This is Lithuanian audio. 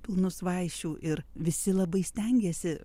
pilnus vaišių ir visi labai stengėsi